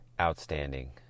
Outstanding